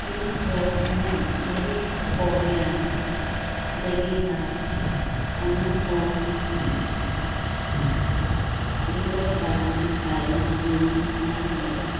ᱤᱧᱫᱚ ᱤᱧᱟᱹᱜ ᱫᱩᱨᱤᱵᱽᱠᱚ ᱨᱮᱱᱟᱜ ᱰᱮᱞᱤᱵᱷᱟᱨ ᱚᱱᱟᱠᱚ ᱤᱨᱟᱹᱞ ᱴᱟᱲᱟᱝ ᱛᱟᱭᱚᱢᱤᱧ ᱧᱟᱢ ᱞᱮᱫᱟ